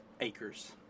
Acres